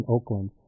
Oakland